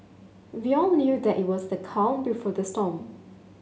we all knew that it was the calm before the storm